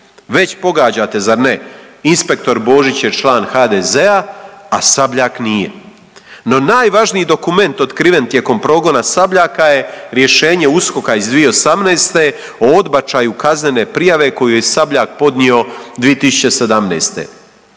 Već pogađate zar ne? Inspektor Božić je član HDZ-a, a Sabljak nije. No, najvažniji dokument otkriven tijekom progona Sabljaka je rješenje USKOK-a iz 2018. o odbačaju kaznene prijave koju je Sabljak podnio 2017.